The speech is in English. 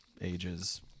ages